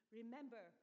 remember